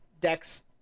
Dex